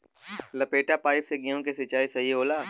लपेटा पाइप से गेहूँ के सिचाई सही होला?